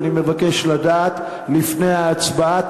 אני מבקש לדעת לפני ההצבעה.